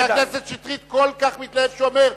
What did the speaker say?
חבר הכנסת שטרית כל כך מתלהב, הוא אומר: